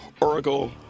oracle